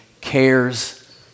cares